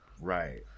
Right